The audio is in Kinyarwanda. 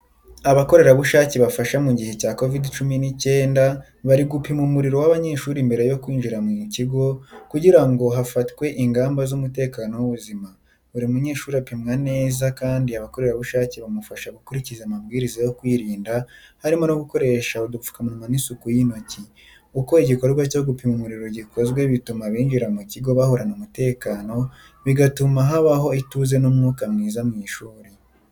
Abakorerabushake bafasha mu gihe cya COVID-19 bari gupima umuriro w’umunyeshuri mbere yo kwinjira mu kigo, kugira ngo hafatwe ingamba z’umutekano w’ubuzima. Buri munyeshuri apimwa neza, kandi abakorerabushake bamufasha gukurikiza amabwiriza yo kwirinda, harimo no gukoresha udupfukamunwa n’isuku y’intoki. Uko igikorwa cyo gupima umuriro gikozwe bituma abinjira mu kigo bahorana umutekano, bigatuma habaho ituze n’umwuka mwiza mu ishuri.